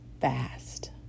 fast